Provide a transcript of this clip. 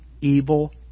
evil